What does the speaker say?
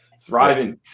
thriving